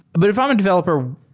but if i'm a developer,